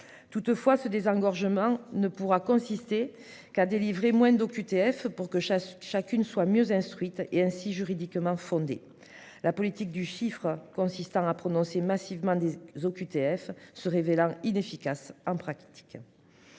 toutefois ce désengorgement ne pourra consister qu'a délivré moins d'OQTF pour que chaque chacune soit mieux instruite et ainsi juridiquement fondée. La politique du chiffre consistant à prononcer massivement des OQTF se révélant inefficace en pratique.